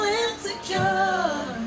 insecure